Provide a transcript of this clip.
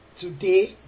today